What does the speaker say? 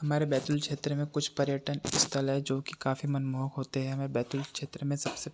हमारे बैतूल क्षेत्र में कुछ पर्यटन स्थल है जो कि काफ़ी मनमोहक होते हैं हमें बैतूल क्षेत्र में सबसे